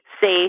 safe